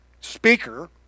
speaker